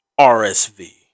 RSV